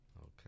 Okay